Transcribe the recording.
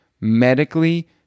medically